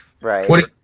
Right